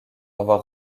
avoir